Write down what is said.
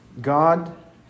God